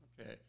Okay